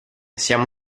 siamo